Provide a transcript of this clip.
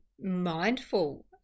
mindful